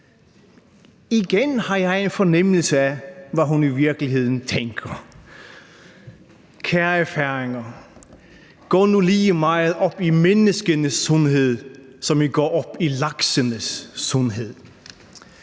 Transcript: Igen har jeg en fornemmelse af, hvad hun i virkeligheden tænker: Kære færinger, gå nu lige så meget op i menneskenes sundhed, som I går op i laksenes sundhed.